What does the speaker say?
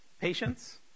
Patience